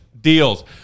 deals